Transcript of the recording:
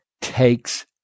takes